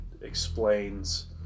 explains